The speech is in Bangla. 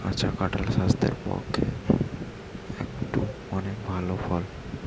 কাঁচা কাঁঠাল স্বাস্থ্যের পক্ষে একটো অনেক ভাল ফল